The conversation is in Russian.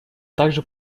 также